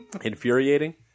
Infuriating